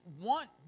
want